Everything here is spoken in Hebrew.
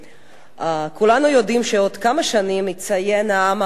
כולנו יודעים שעוד כמה שנים יציין העם הארמני